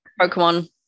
Pokemon